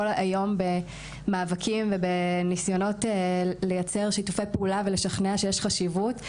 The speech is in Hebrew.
היום במאבקים ובניסיונות לייצר שיתופי פעולה ולשכנע שיש חשיבות.